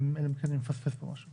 אלא אם כן אני מפספס פה משהו.